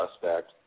suspect